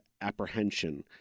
apprehension